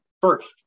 first